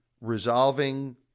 Resolving